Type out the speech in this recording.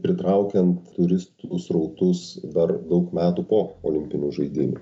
pritraukiant turistų srautus dar daug metų po olimpinių žaidynių